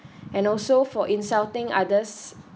and also for insulting others